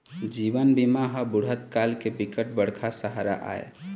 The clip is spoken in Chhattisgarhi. जीवन बीमा ह बुढ़त काल के बिकट बड़का सहारा आय